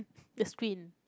the screen